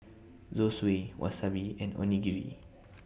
Zosui Wasabi and Onigiri